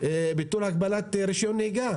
ביטול הגבלת רישיון נהיגה.